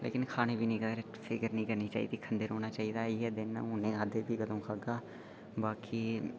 लेकिन खाने पीने गी फिकर नीं करनी चाहिदी खंदे रौह्ना चाहिदा इ'यै दिन न उनै नेई 'खाद्धा ते फिर कदूं खाह्गा बाकी